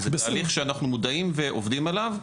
זה תהליך שאנחנו מודעים ועובדים עליו.